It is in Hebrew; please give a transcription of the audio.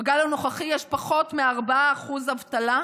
בגל הנוכחי יש פחות מ-4% אבטלה,